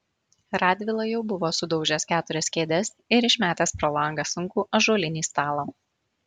radvila jau buvo sudaužęs keturias kėdes ir išmetęs pro langą sunkų ąžuolinį stalą